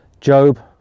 job